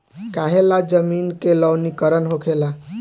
काहें ला जमीन के लवणीकरण होखेला